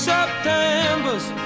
September's